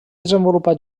desenvolupà